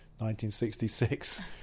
1966